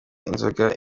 inzoga